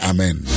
Amen